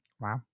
Wow